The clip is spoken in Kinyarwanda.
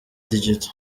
digital